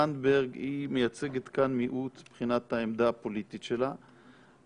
חברת הכנסת זנדברג מייצגת כאן מיעוט מבחינת העמדה הפוליטית שלה,